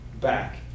back